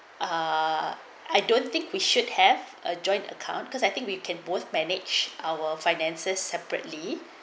uh I don't think we should have ah joint account because I think we can both manage our finances separately